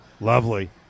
Lovely